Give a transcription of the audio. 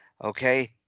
okay